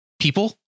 people